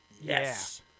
yes